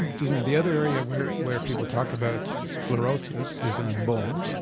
excuse me. the other area where where people talk about fluorocies is in bone,